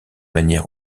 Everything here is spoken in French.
manière